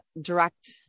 direct